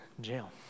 jail